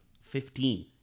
Fifteen